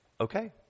Okay